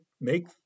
make